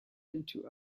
into